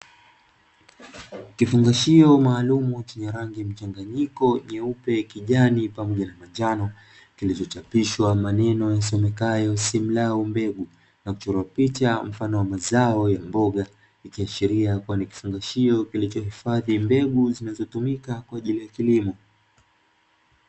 Kifungashio maalumu chenye rangi mchanganyiko nyeupe, kijani pamoja na manjano kilichochapishwa maneno yasomekayo “Simlau mbegu” na kuchorwa picha mfano wa mazao ya mboga, ikiashiria kuwa ni kifungashio kilichohifadhi mbegu zinazotumika kwa ajili ya kilimo.